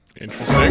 Interesting